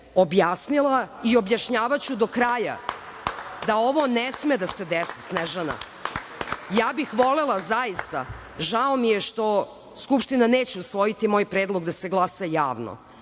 objasnila i objašnjavaću do kraja da ovo ne sme da se desi, Snežana. Volela bih zaista i žao mi je što Skupština neće usvojiti moj predlog da se glasa javno,